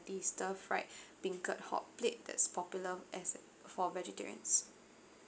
the stir fried beancurd hotplate that's popular as for vegetarians